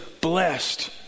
Blessed